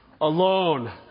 alone